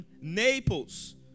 Naples